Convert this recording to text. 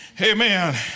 amen